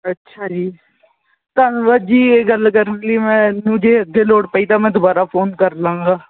ਅੱਛਾ ਜੀ ਧੰਨਵਾਦ ਜੀ ਇਹ ਗੱਲ ਕਰਨ ਲਈ ਮੈਨੂੰ ਜੇ ਜੇ ਲੋੜ ਪਈ ਤਾਂ ਮੈਂ ਦੁਬਾਰਾ ਫੋਨ ਕਰ ਲਵਾਂਗਾ